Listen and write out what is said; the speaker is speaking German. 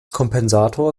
kompensator